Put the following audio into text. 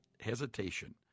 hesitation